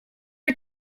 are